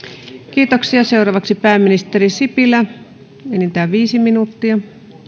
kiitoksia seuraavaksi pääministeri sipilä enintään viisi minuuttia